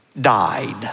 died